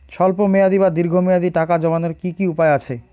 স্বল্প মেয়াদি বা দীর্ঘ মেয়াদি টাকা জমানোর কি কি উপায় আছে?